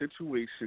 situation